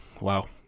Wow